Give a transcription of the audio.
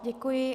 Děkuji.